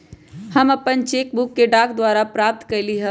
हम अपन cheque book डाक द्वारा प्राप्त कईली ह